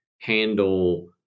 handle